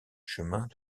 chemins